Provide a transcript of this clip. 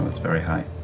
that's very high.